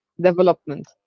development